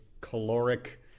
caloric